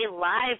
Live